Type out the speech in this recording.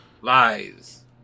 Lies